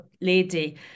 lady